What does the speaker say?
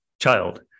child